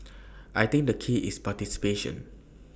I think the key is participation